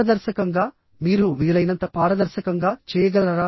పారదర్శకంగా మీరు వీలైనంత పారదర్శకంగా చేయగలరా